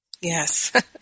Yes